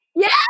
Yes